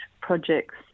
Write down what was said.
Projects